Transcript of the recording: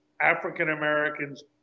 African-Americans